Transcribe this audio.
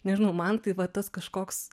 nežinau man tai va tas kažkoks